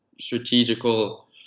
strategical